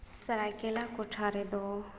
ᱥᱟᱨᱟᱭᱠᱮᱞᱟ ᱴᱚᱴᱷᱟᱨᱮᱫᱚ